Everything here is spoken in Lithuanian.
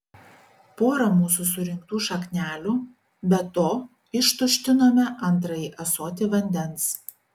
porą mūsų surinktų šaknelių be to ištuštinome antrąjį ąsotį vandens